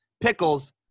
pickles